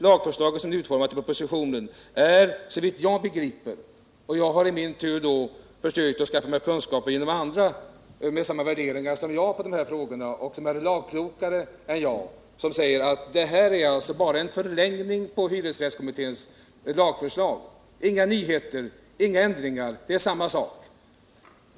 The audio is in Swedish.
Lagförslaget som det utformats i propositionen är såvitt jag begriper — och Jag har i min tur försökt skaffa mig kunskaper genom andra som har samma värderingar som jag i de här frågorna men som är lagklokarce än jag — bara en förlängning av hyresrättskommitténs lagförslag. Det är inga nyheter, det är inga ändringar; det är samma sak.